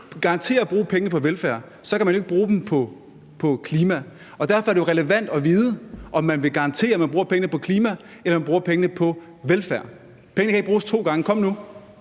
vil garantere at bruge pengene på velfærd, kan man jo ikke bruge dem på klima. Derfor er det relevant at vide, om man vil garantere, at man bruger pengene på klima, eller om man bruger pengene på velfærd. Pengene kan ikke bruges to gange. Kom nu!